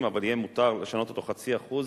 אבל יהיה מותר לשנות אותו ב-0.5%